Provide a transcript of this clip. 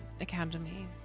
Academy